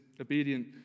obedient